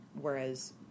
Whereas